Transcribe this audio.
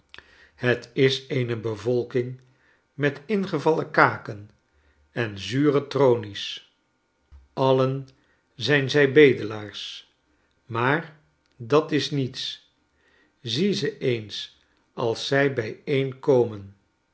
het is eene bevolking met ingevallen kaken en zure tronies allen zijn zij bedelaars maar dat is niets zie ze eens als zij